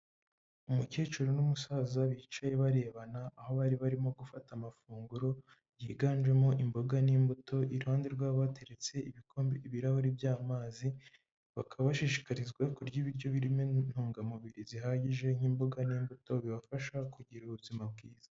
Umukecuru n'umusaza bicaye barebana aho bari barimo gufata amafunguro yiganjemo imboga n'imbuto iruhande rwabo hateretseko ibirahuri by'amazi bakaba bashishikarizwa kurya ibiryo birimo intungamubiri zihagije nk'imboga n'imbuto bibafasha kugira ubuzima bwiza.